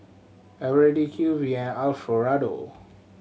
Eveready Q V and Alfio Raldo